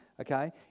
okay